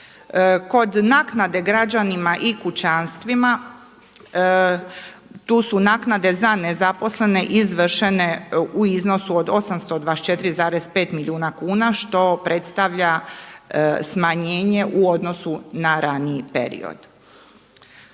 Kod naknade građanima i kućanstvima tu su naknade za nezaposlene izvršene u iznosu od 824,5 milijuna kuna što predstavlja smanjenje u odnosu na raniji period.